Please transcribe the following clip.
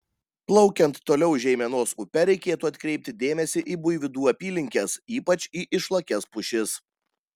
plaukiant toliau žeimenos upe reikėtų atkreipti dėmesį į buivydų apylinkes ypač į išlakias pušis